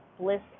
bliss